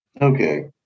Okay